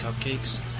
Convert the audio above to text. Cupcakes